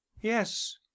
yes